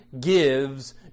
gives